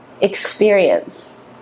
experience